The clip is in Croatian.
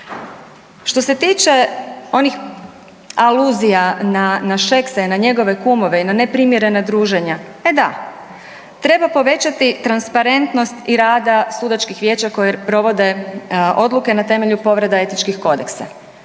Što se tiče onih aluzija na Šeksa i njegove kumove i na neprimjerena druženja, e da treba povećati transparentnost i rada sudačkih vijeća koji provode odluke na temelju povreda etičkih kodeksa.